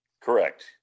Correct